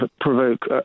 provoke